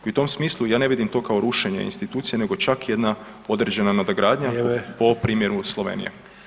I u tom smislu ja ne vidim to kao rušenje institucije nego čak jedna određena nadogradanja [[Upadica Sanader: Vrijeme.]] po primjeru Slovenije.